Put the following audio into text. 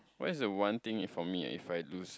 what is the one thing it for me if I lose